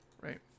Right